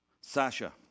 Sasha